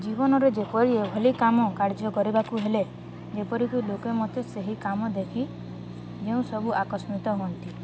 ଜୀବନରେ ଯେପରିଭଳି କାମ କାର୍ଯ୍ୟ କରିବାକୁ ହେଲେ ଯେପରିକି ଲୋକେ ମୋତେ ସେହି କାମ ଦେଖି ଯେଉଁ ସବୁ ଆକସ୍ମିତ ହୁଅନ୍ତି